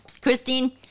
Christine